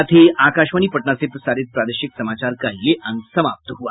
इसके साथ ही आकाशवाणी पटना से प्रसारित प्रादेशिक समाचार का ये अंक समाप्त हुआ